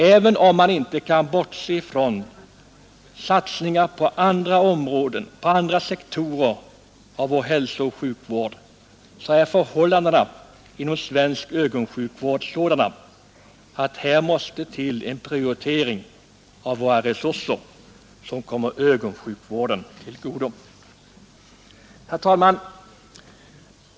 Även om man inte kan bortse från satsningar på andra sektorer av vår hälsooch sjukvård, så är förhållandena inom svensk ögonsjukvård sådana att här måste till en prioritering av våra resurser som kommer ögonsjukvården till godo. Herr talman!